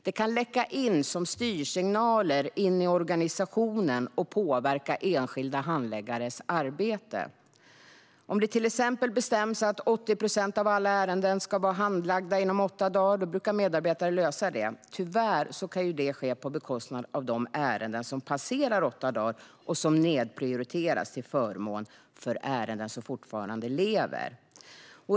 De kan läcka in som styrsignaler i organisationen och påverka enskilda handläggares arbete. Tillväxtverket skriver: "Om det exempelvis bestäms att 80 procent av alla ärenden ska vara handlagda inom åtta dagar, så brukar medarbetare lösa det. Tyvärr kan det ske på bekostnad av det ärende som passerar åtta dagar och som nedprioriteras till förmån för ärenden som fortsatt 'lever'."